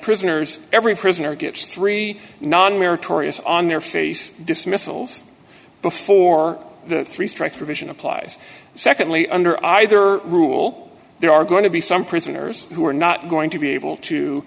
prisoners every prisoner gets three non meritorious on their face dismissals before the three strikes provision applies secondly under either rule there are going to be some prisoners who are not going to be able to